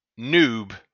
noob